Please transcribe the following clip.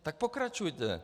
Tak pokračujte.